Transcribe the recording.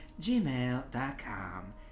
gmail.com